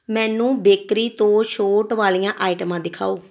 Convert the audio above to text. ਮੈਨੂੰ ਬੇਕਰੀ ਤੋਂ ਛੋਟ ਵਾਲੀਆਂ ਆਈਟਮਾਂ ਦਿਖਾਓ